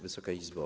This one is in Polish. Wysoka Izbo!